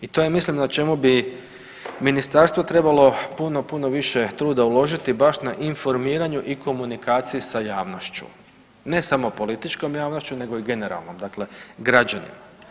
I to je ja mislim na čemu bi ministarstvo trebalo puno, puno više truda uložiti baš na informiranju i komunikaciji sa javnošću, ne samo političkom javnošću nego i generalno, dakle građanima.